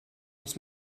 muss